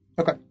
Okay